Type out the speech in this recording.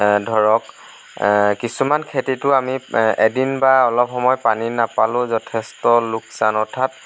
ধৰক কিছুমান খেতিটো আমি এদিন বা অলপ সময় পানী নাপালেও যথেষ্ট লোকচান অৰ্থাৎ